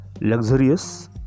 luxurious